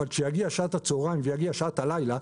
אבל כשתגיע שעת הצוהריים ותגיע שעת הלילה,